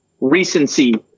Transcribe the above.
recency